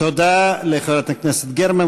תודה לחברת הכנסת גרמן.